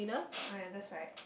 ah ya that's right